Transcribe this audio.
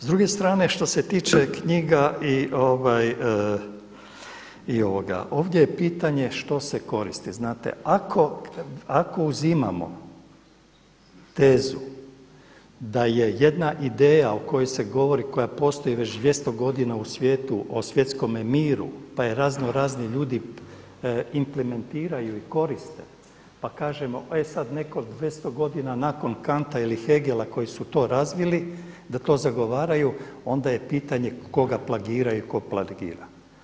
S druge strane, što se tiče knjiga i ovoga ovdje je pitanje što se koristi, znate ako uzimamo tezu da je jedna ideja o kojoj se govori, koja postoji već 200 godina u svijetu o svjetskom miru pa je razno razni ljudi implementiraju i koriste pa kažemo e sad netko 200 godina nakon Kanta ili Hegela koji su to razvili da to zagovaraju onda je pitanje koga plagiraju i tko plagira.